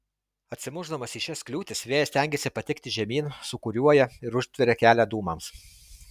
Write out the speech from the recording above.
atsimušdamas į šias kliūtis vėjas stengiasi patekti žemyn sūkuriuoja ir užtveria kelią dūmams